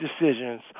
decisions